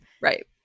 Right